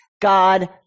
God